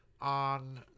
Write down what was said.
on